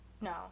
No